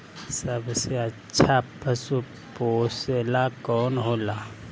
सबसे अच्छा पशु पोसेला कौन होला?